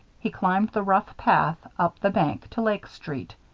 he climbed the rough path up the bank to lake street,